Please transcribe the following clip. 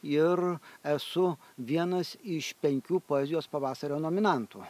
ir esu vienas iš penkių poezijos pavasario nominantų